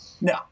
No